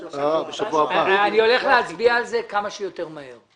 אני הולך להצביע על זה כמה שיותר מהר.